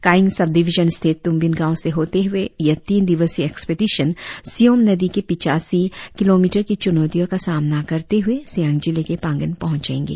कायिंग subdivision स्थित तुमबिन गांव से होते हुए यह तीन दिवसीय एक्सपीडिशन सियोम नदी के पिचासी किलोमीटर के चुनौतियों का सामना करते हुए सियांग जिले के पांगिन पहुंचेगे